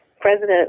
President